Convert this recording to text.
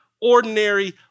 ordinary